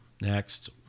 next